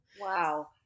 Wow